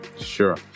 Sure